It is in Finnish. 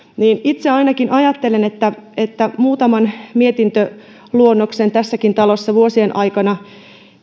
itse ainakin ajattelen muutaman mietintöluonnoksen tässäkin talossa vuosien aikana